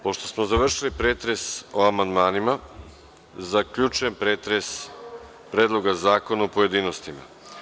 Pošto smo završili pretres o amandmanima, zaključujem pretres Predloga zakona u pojedinostima.